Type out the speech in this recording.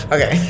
Okay